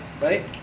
Right